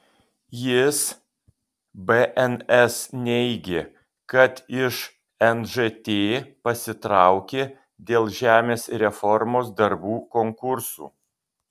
jis bns neigė kad iš nžt pasitraukė dėl žemės reformos darbų konkursų